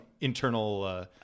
internal